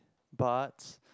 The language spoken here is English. but